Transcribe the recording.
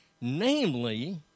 namely